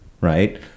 right